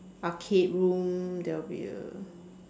arcade room there will be a